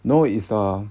no it's uh